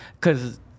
cause